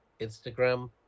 Instagram